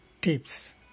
tips